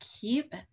keep